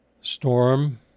Storm